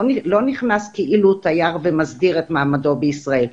לא נכנס כאילו הוא תייר ומסדיר את מעמדו בישראל.